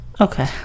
Okay